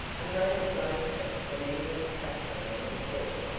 a moment later the men were scuffling on the floor.